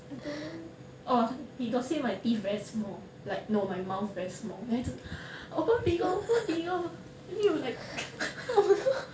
I don't know orh he got say my teeth very small like no my mouth very small then 他一直 open bigger open bigger then you like